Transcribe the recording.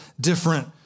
different